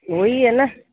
ਉਹੀ ਹੈ ਨਾ